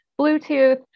Bluetooth